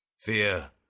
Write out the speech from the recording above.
Fear